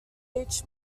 each